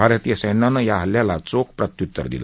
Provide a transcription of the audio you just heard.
भारतीय सैन्यानं या हल्ल्याला चोख प्रत्युतर दिलं